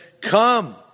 come